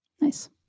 Nice